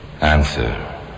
Answer